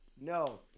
No